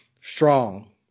strong